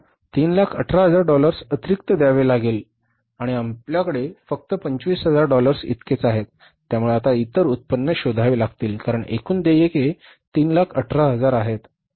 आम्हाला 318000 डॉलर्स अतिरिक्त द्यावे लागले आणि आपल्याकडे फक्त 25000 इतकेच आहेत त्यामुळे आता इतर उत्पन्न शोधावे लागतील कारण एकूण देयके 318000 आहेत